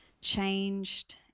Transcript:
changed